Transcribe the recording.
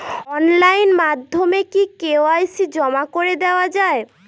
Online মাধ্যমে কি KYC জমা করে দেওয়া য়ায়?